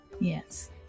yes